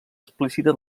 explícita